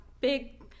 big